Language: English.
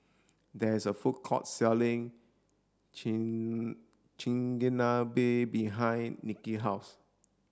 there is a food court selling Chigenabe behind Nikia house